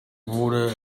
wurde